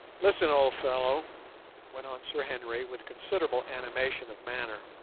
listen, old fellow went on sir henry, with considerable animation of manner.